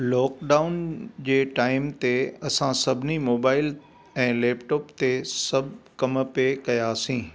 lockdown जे time ते असां सभिनी मोबाइल ऐं लेपटॉप ते सभु कम पिए कयासीं